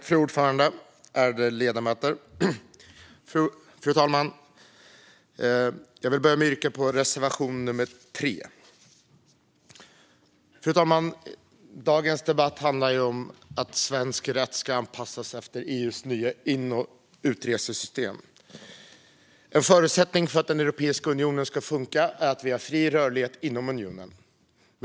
Fru talman och ärade ledamöter! Jag vill börja med att yrka bifall till reservation 3. Fru talman! Dagens debatt handlar om att svensk rätt ska anpassas efter EU:s nya in och utresesystem. En förutsättning för att Europeiska unionen ska funka är att vi har fri rörlighet inom unionen.